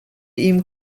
ihm